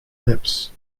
lips